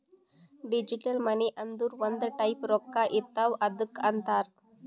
digital money ಅಂದುರ್ ಒಂದ್ type ರೊಕ್ಕಾ ಇರ್ತಾವ್ ಅದ್ದುಕ್ ಅಂತಾರ್